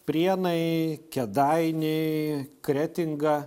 prienai kėdainiai kretinga